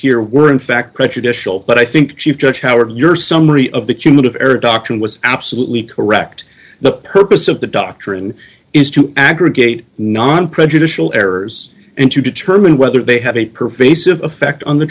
here were in fact prejudicial but i think chief judge howard your summary of that humid air doctrine was absolutely correct the purpose of the doctrine is to aggregate non prejudicial errors and to determine whether they have a pervasive effect on the